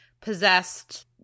possessed